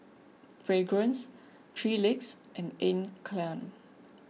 Fragrance three Legs and Anne Klein